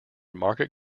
market